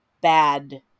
bad